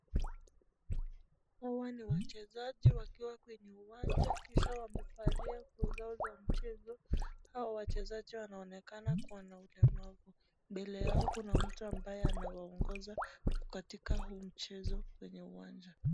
Hawa ni wachezaji wakiwa kwenye uwanja kisha wamevalia nguo zao za mchezo. Hawa wachezaji wanaonekana kuwa na ulemavu. Mbele yao kuna mtu ambaye anawaongoza katika huu mchezo kwenye uwanja.